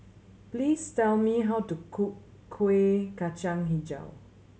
please tell me how to cook Kuih Kacang Hijau